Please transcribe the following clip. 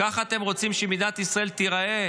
ככה אתם רוצים שמדינת ישראל תיראה?